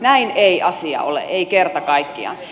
näin ei asia ole ei kerta kaikkiaan